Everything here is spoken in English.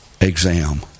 exam